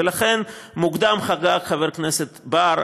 ולכן מוקדם חגג חבר הכנסת בר,